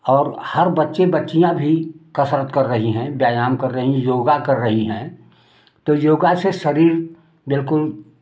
और हर बच्चे बच्चियाँ भी कसरत कर रही हैं ब्यायाम कर रही योगा कर रही हैं तो योगा से शरीर बिलकुल